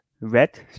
red